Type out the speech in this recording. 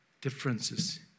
differences